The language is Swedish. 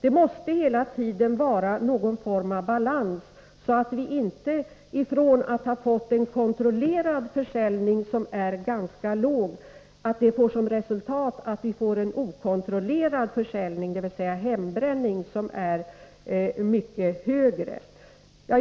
Det måste hela tiden vara någon form av balans, så att vi inte får som resultat, efter att ha haft en kontrollerad försäljning som är ganska låg, en okontrollerad försäljning, dvs. hembränning, som är mycket högre.